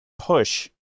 push